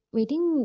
Waiting